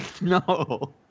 No